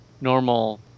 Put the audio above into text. normal